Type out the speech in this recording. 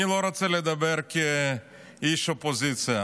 אני לא רוצה לדבר כאיש אופוזיציה.